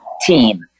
team